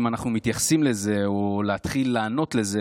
אם אנחנו מתייחסים לזה או להתחיל לענות לזה,